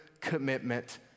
commitment